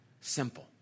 simple